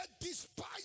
despise